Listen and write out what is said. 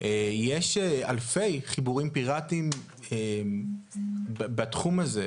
יש אלפי חיבורים פיראטיים בתחום הזה.